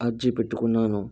RG పెట్టుకున్నాను